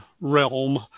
realm